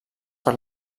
per